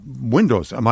Windows